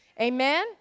amen